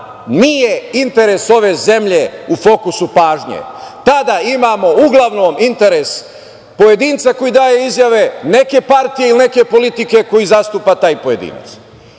nije interes ove zemlje u fokusu pažnje. Tada imamo uglavnom interes pojedinca koji daje izjave, neke partije ili neke politike koju zastupa taj pojedinac.